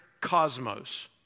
cosmos